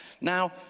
now